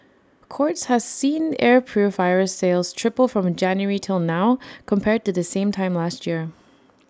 courts has seen air purifier sales triple from January till now compared to the same time last year